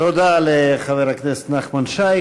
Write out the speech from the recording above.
תודה לחבר הכנסת נחמן שי.